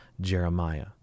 Jeremiah